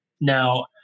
Now